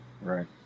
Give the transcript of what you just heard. Right